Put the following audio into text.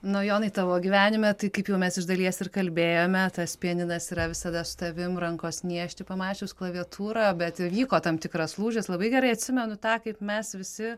na o jonai tavo gyvenime tai kaip jau mes iš dalies ir kalbėjome tas pianinas yra visada su tavim rankos niežti pamačius klaviatūrą bet įvyko tam tikras lūžis labai gerai atsimenu tą kaip mes visi